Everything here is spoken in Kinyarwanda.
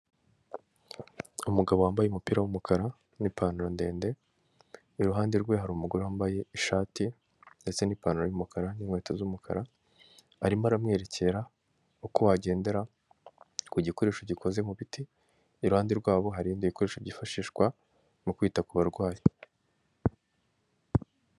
Umugabo wambaye umupira w'umukara n'ipantaro ndende, iruhande rwe hari umugore wambaye ishati ndetse n'ipantaro y'umukara n'inkweto z'umukara, arimo aramwerekera uko wagendera ku gikoresho gikoze mu biti, iruhande rwabo hari ibindi bikoresho byifashishwa mu kwita ku barwayi.